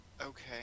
Okay